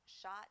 shot